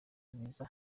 viza